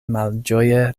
malĝoje